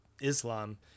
islam